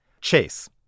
Chase